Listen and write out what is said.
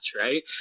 right